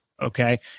Okay